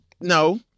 No